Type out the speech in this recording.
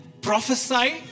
prophesy